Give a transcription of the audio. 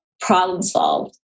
problem-solved